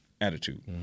attitude